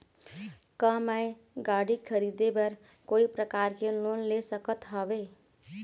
का मैं गाड़ी खरीदे बर कोई प्रकार के लोन ले सकत हावे?